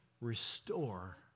restore